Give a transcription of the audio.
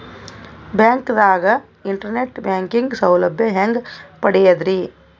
ಬ್ಯಾಂಕ್ದಾಗ internet banking ಸೌಲಭ್ಯ ಹೆಂಗ್ ಪಡಿಯದ್ರಿ?